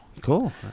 Cool